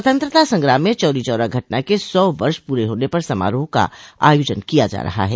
स्वतंत्रता संग्राम में चौरी चौरा घटना के सौ वर्ष पूरे होने पर समारोह का आयोजन किया जा रहा है